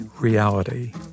reality